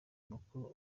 makuru